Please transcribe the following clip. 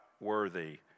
worthy